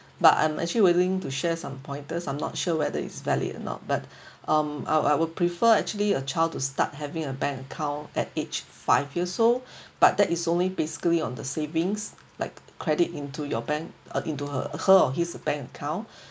but I'm actually willing to share some pointers I'm not sure whether it's valid or not but um I'll I'll prefer actually a child to start having a bank account at age five years old but that is only basically on the savings like credit into your bank or into her her or his bank account